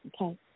okay